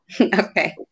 Okay